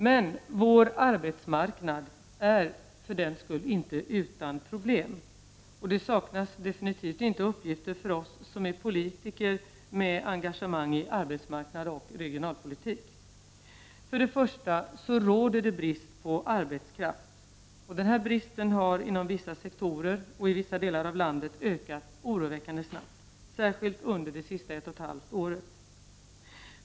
Men vår arbetsmarknad är för den skull inte utan problem, och det saknas definitivt inte uppgifter för oss som är politiker med engagemang i arbetsmarknadsoch regionalpolitik. För det första råder det brist på arbetskraft. Denna brist har inom vissa sektorer och i vissa delar av landet ökat oroväckande snabbt, särskilt under de senaste 18 månaderna.